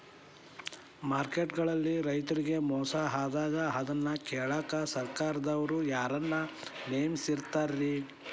Market ಗಳಲ್ಲಿ ರೈತರಿಗೆ ಮೋಸ ಆದಾಗ ಅದನ್ನ ಕೇಳಾಕ್ ಸರಕಾರದವರು ಯಾರನ್ನಾ ನೇಮಿಸಿರ್ತಾರಿ?